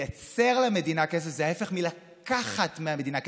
לייצר למדינה כסף זה ההפך מלקחת מהמדינה כסף.